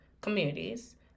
communities